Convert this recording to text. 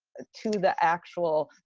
to the actual,